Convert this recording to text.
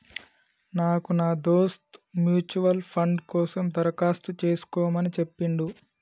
నాకు నా దోస్త్ మ్యూచువల్ ఫండ్ కోసం దరఖాస్తు చేసుకోమని చెప్పిండు